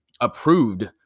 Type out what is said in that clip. approved